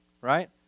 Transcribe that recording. right